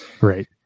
Right